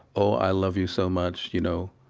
oh i love you so much, you know,